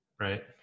Right